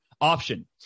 option